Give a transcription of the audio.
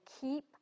keep